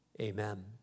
amen